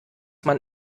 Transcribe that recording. man